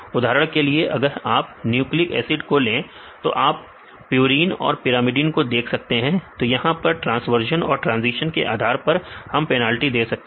उदाहरण के लिए अगर आप न्यूक्लिक एसिड खो लें तो आप प्यूरीन और पिरामिडइन को देख सकते हैं तो यहां पर ट्रांसवर्जन और ट्रांज़ीशन के आधार पर हम पेनाल्टी दे सकते हैं